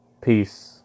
Peace